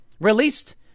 released